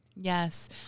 Yes